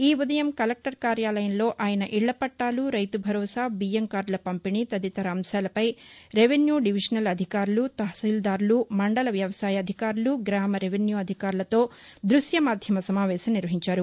ఈ ఉదయం కలెక్టర్ కార్యాలయంలో ఆయన ఇళ్ల పట్టాలు రైతు భరోసా బియ్యం కార్డుల పంపిణీ తదితర అంశాలపై రెవెన్యూ డివిజినల్ అధికారులు తహశీల్దారులు మండల వ్యవసాయ అధికారులు గ్రామ రెవెన్యూ అధికారులతో దృశ్య మాధ్యమ సమావేశం నిర్వహించారు